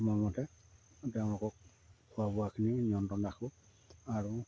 সময়মতে তেওঁলোকক খোৱা বোৱাখিনি নিয়ন্ত্ৰণ ৰাখোঁ আৰু